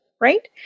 right